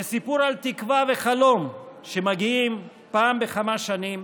זה סיפור על תקווה וחלום שמגיעים פעם בכמה שנים